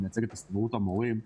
ואני מייצג את הסתדרות המורים.